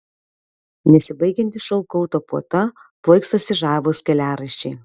nesibaigianti šou kulto puota plaikstosi žavūs keliaraiščiai